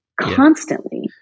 Constantly